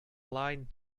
lied